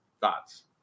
Thoughts